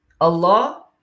Allah